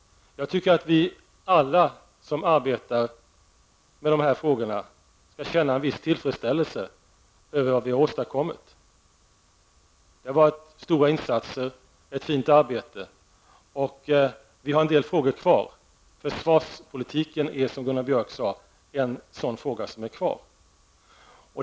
Jag tycker att vi alla som arbetar med dessa frågor skall känna en viss tillfredsställelse över vad vi har åstadkommit. Det har gjorts stora insatser. Det är ett fint arbete. Vi har en del frågor kvar. Försvarspolitiken är, som Gunnar Björk sade, en fråga som är kvar.